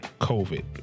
COVID